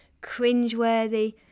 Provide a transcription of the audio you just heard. cringeworthy